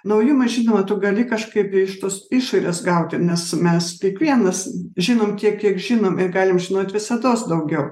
naujumą žinoma tu gali kažkaip iš tos išorės gauti nes mes kiekvienas žinom tiek kiek žinom ir galim žinot visados daugiau